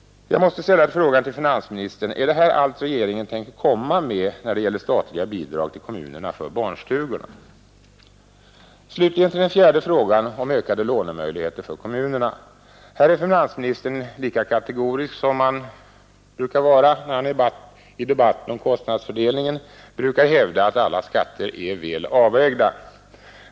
tänker komma med när det gäller statliga bidrag till kommunerna för barnstugorna? Slutligen till den fjärde frågan om ökade lånemöjligheter för kommunerna. Här är finansministern lika kategorisk som när han i debatten om kostnadsfördelningen brukar hävda att alla skatter är väl avvägda.